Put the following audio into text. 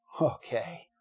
okay